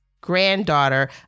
granddaughter